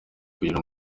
kugira